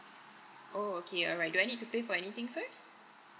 oh okay alright do I need to pay for anything first